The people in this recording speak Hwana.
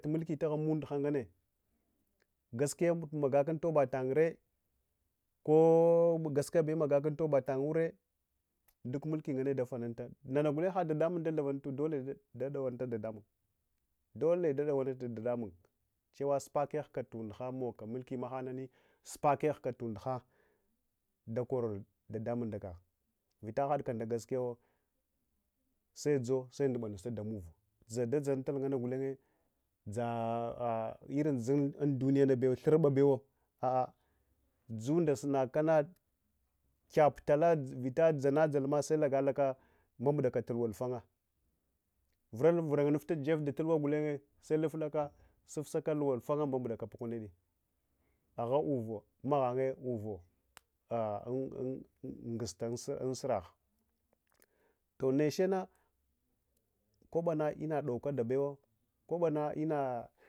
Tumuki tahun munɗ nganne, gaskiya magaka untoba tangyere kogaskiya be magaka untoba tanghure duk mulki nganne dafanunta, nanaganekuma haɗaɗamun ɗatharanuta ɗole dadawanata dota dadamun cewa supavambetka tunduha magaka mulki taɗiya supakehka unduha dole nadawan afa dadamun vita hadka nda gaskiyawo sedzo sendubanunta ndamuva, dadzanatal nganna gutenye dza’irin dzunda in duniyabewa, thurba bewa a’a dzunda sunakana kyap tala vita dzanadzalma dambudkatu luwa alfangha, vuldavuranufta jef datulwa gulenye seluflaka sufsaka luwa alfangha mbambu dakai agha uvo ungusta unsuragh toh nechena kwabana ina kadabewa kwabana inna.